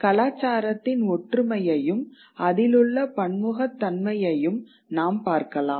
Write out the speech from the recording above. கலாச்சாரத்தின் ஒற்றுமையையும் அதிலுள்ள பன்முகத்தன்மையையும் நாம் பார்க்கலாம்